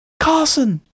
Carson